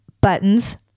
buttons